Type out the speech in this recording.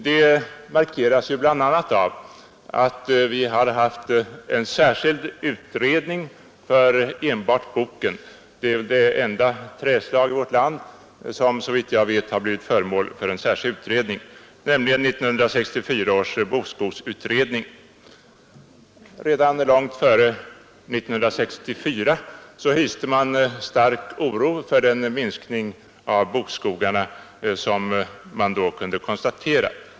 Det markeras bl.a. av att vi har haft en särskild utredning om boken — det är så vitt jag vet det enda trädslag i vårt land som har blivit föremål för en särskild utredning — 1964 års bokskogsutredning. Redan långt före 1964 hyste man stark oro för den minskning av bokskogarna som man då kunde konstatera.